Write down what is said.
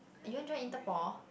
you want join Interpol